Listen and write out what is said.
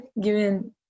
given